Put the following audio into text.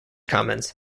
comments